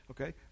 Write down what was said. Okay